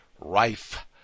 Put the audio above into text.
rife